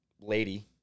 lady